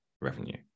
revenue